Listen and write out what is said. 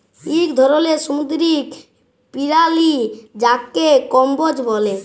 ইক ধরলের সামুদ্দিরিক পেরালি যাকে কম্বোজ ব্যলে